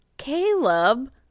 Caleb